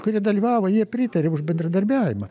kurie dalyvavo jie pritarė už bendradarbiavimą